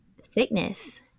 sickness